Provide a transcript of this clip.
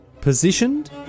Positioned